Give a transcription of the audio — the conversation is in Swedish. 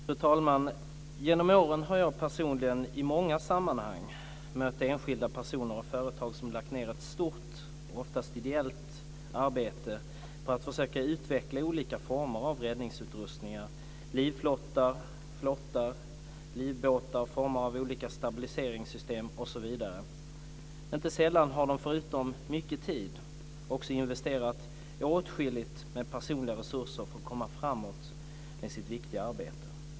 Fru talman! Genom åren har jag personligen i många sammanhang mött enskilda personer och företag som har lagt ned ett stort, och oftast ideellt, arbete på att försöka utveckla olika former av räddningsutrustning, livflottar, flottar, livbälten, former av olika stabiliseringssystem osv. Förutom mycket tid har de inte sällan också investerat åtskilligt med personliga resurser för att komma framåt med sitt viktiga arbete.